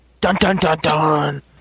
Dun-dun-dun-dun